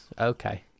Okay